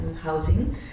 housing